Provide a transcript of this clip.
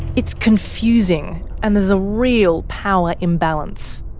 it's confusing, and there's a real power imbalance.